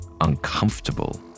uncomfortable